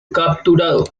capturado